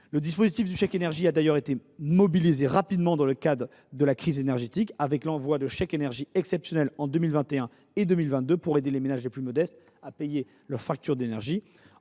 Le dispositif du chèque énergie a d’ailleurs été mobilisé rapidement dans le cadre de la crise énergétique, avec l’envoi de chèques énergie exceptionnels en 2021 et en 2022 pour aider les ménages les plus modestes à payer leurs factures d’énergie.